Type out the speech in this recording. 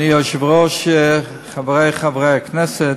אדוני היושב-ראש, חברי חברי הכנסת,